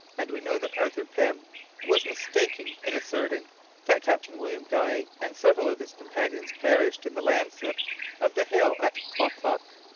and we know that arthur pym was mistaken in asserting that captain william guy and several of his companions perished in the landslip of the hill at klock-klock.